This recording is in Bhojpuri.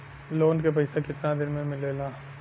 लोन के पैसा कितना दिन मे मिलेला?